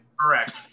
Correct